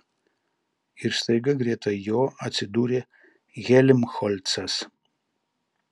ir staiga greta jo atsidūrė helmholcas